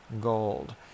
gold